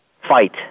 fight